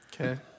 Okay